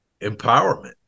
empowerment